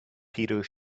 peter